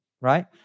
Right